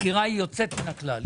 הסקירה היא יוצאת מן הכלל,